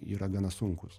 yra gana sunkūs